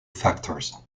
factors